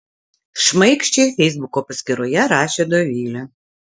šmaikščiai feisbuko paskyroje rašė dovilė